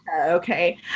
Okay